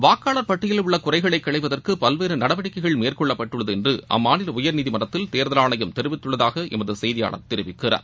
வாக்காளர் பட்டியலில் உள்ள குறைகளை களைவதற்கு பல்வேறு நடவடிக்கைகள் மேற்கொள்ளப்பட்டுள்ளது என்று அம்மாநில உயர்நீதிமன்றத்தில் தேர்தல் ஆணையம் தெரிவித்துள்ளதாக எமது செய்தியாளர் தெரிவிக்கிறார்